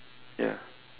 ya